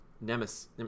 Nemesis